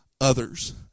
others